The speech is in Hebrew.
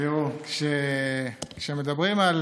תראו, כשמדברים על